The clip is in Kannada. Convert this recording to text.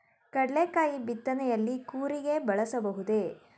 ಕಡ್ಲೆಕಾಯಿ ಬಿತ್ತನೆಯಲ್ಲಿ ಕೂರಿಗೆ ಬಳಸಬಹುದೇ?